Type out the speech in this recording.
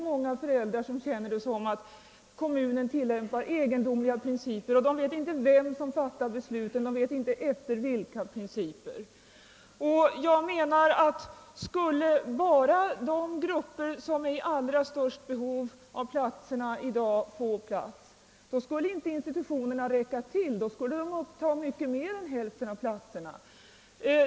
Många föräldrar anser att kommunerna tillämpar egendomliga principer. Man vet inte vem som fattar besluten och man vet inte efter vilka principer. Skulle bara de grupper som har det allra största behovet av platserna i dag få plats, skulle inte institutionerna räcka till. De grupperna borde uppta mycket mer än halva antalet platser.